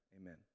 amen